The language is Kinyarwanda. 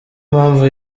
mpamvu